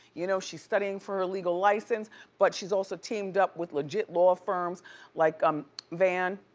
you know she's studying for her legal license but she's also teamed up with legit law firms like um van.